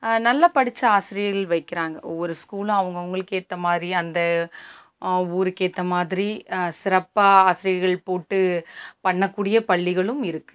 நல்ல படித்த ஆசிரியர்கள் வைக்கிறாங்க ஒவ்வொரு ஸ்கூலும் அவங்கவுங்களுக்கு ஏற்ற மாதிரி அந்த ஊருக்கு ஏற்ற மாதிரி சிறப்பாக ஆசிரியர்கள் போட்டு பண்ணக்கூடிய பள்ளிகளும் இருக்குது